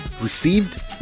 received